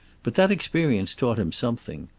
but that experience taught him something.